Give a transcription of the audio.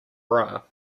bra